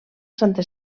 santa